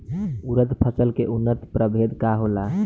उरद फसल के उन्नत प्रभेद का होला?